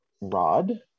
rod